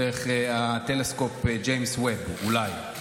דרך הטלסקופ ג'יימס וב, אולי.